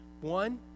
One